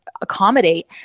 accommodate